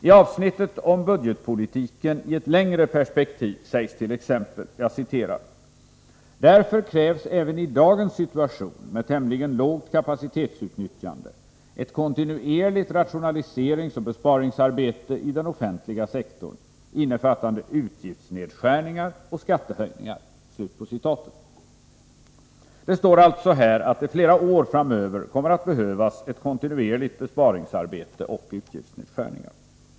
I avsnittet om budgetpolitiken i ett längre perspektiv sägs t.ex: ”Därför krävs, även i dagens situation med tämligen lågt kapacitetsutnyttjande, ett kontinuerligt rationaliseringsoch besparingsarbete i den offentliga sektorn, innefattande utgiftsnedskärningar och skattehöjningar.” Det står alltså här att det flera år framöver kommer att behövas ett kontinuerligt besparingsarbete och utgiftsnedskärningar!